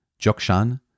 Jokshan